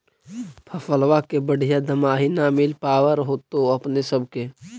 फसलबा के बढ़िया दमाहि न मिल पाबर होतो अपने सब के?